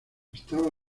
estaba